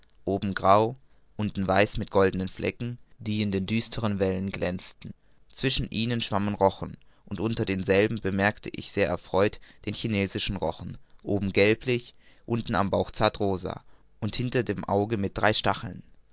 oben grau unten weiß mit goldenen flecken die in den düsteren wellen glänzten zwischen ihnen schwammen rochen und unter denselben bemerkte ich sehr erfreut den chinesischen rochen oben gelblich unten am bauch zart rosa und hinter dem auge mit drei stacheln